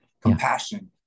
compassion